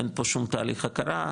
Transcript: אין פה שום תהליך הכרה,